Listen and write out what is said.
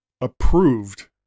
approved